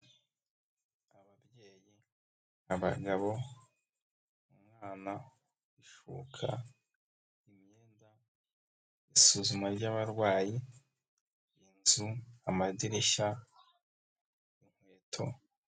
Ababyeyi, abagabo, umwana, ishuka, imyenda, isuzuma ry'abarwayi, inzu, amadirishya, inkweto.